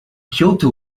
kyoto